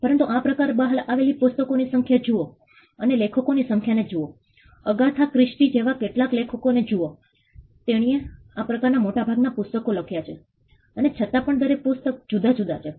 પરંતુ આ પ્રકારે બહાર આવેલા પુસ્તકોની સંખ્યા જુઓ અને લેખકોની સંખ્યા ને જુઓ અગાથા ક્રિસ્ટી જેવા કેટલાક લેખકો ને જુઓ તેણી એ આ પ્રકારના મોટા ભાગના પુસ્તકો લખ્યા છે અને છતાં પણ દરેક પુસ્તક જુદા જુદા છે